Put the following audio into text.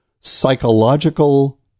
psychological